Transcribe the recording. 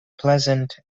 pleasant